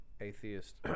atheist